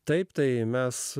taip tai mes